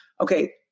okay